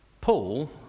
Paul